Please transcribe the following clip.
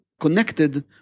connected